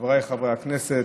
חבריי חברי הכנסת,